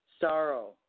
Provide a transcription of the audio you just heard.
sorrow